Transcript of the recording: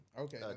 Okay